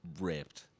ripped